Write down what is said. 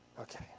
Okay